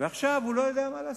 עכשיו הוא לא יודע מה לעשות.